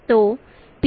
तो P को I